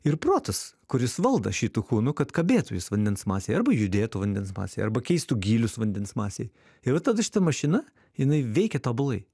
ir protas kuris valdo šitų kūnu kad kabėtų jis vandens masėj arba judėtų vandens masėj arba keistų gylius vandens masėj ir va tada šita mašina jinai veikia tobulai